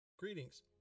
greetings